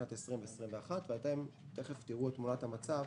בשנים 20 21. תיכף תראו את תמונת המצב